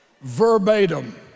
Verbatim